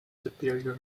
superior